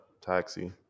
taxi